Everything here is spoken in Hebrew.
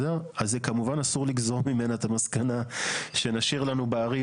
כמובן אסור לגזור ממנה את המסקנה שנשאיר לנו בערים